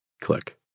Click